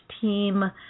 team